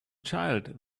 child